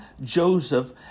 Joseph